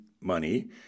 money